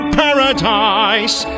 paradise